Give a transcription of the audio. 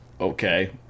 okay